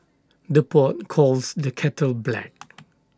the pot calls the kettle black